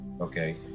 Okay